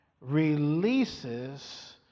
releases